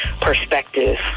perspective